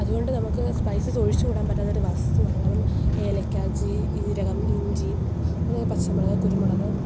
അതുകൊണ്ട് നമുക്ക് സ്പൈസസ് ഒഴിച്ച് കൂടാൻ പറ്റാത്ത ഒരു വസ്തുവാണ് കാരണം ഏലക്ക ജീരകം ഇഞ്ചി അതെ പച്ചമുളക് കുരുമുളക്